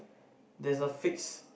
there's a fixed